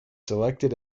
selected